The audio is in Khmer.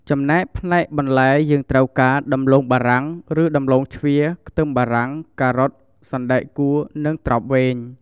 ចំណែកផ្នែកបន្លែយើងត្រូវការ ដំឡូងបារាំង ឬដំឡូងជ្វា ខ្ទឹមបារាំង ការ៉ុត សណ្តែកកួរ និងត្រប់វែង។